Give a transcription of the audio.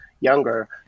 younger